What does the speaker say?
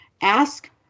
Ask